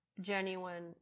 genuine